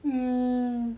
mmhmm